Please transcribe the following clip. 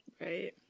right